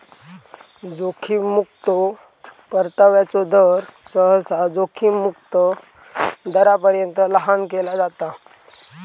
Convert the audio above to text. जोखीम मुक्तो परताव्याचो दर, सहसा जोखीम मुक्त दरापर्यंत लहान केला जाता